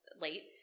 late